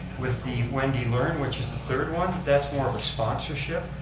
with the wendy leard, which is the third one, that's more of a sponsorship.